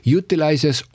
utilizes